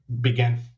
began